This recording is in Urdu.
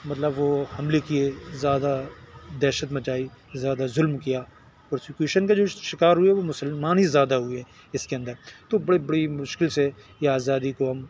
مطلب وہ حملے کیے زیادہ دہشت مچائی زیادہ ظلم کیا پرسیکیوشن کا جو شکار ہوئے وہ مسلمان ہی زیادہ ہوئے اس کے اندر تو بڑے بڑی مشکل سے یہ آزادی کو ہم